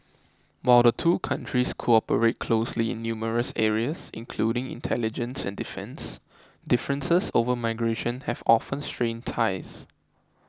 while the two countries cooperate closely in numerous areas including intelligence and defence differences over migration have often strained ties